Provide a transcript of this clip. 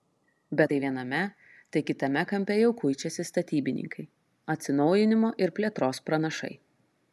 bet tai viename tai kitame kampe jau kuičiasi statybininkai atsinaujinimo ir plėtros pranašai